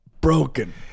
broken